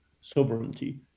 sovereignty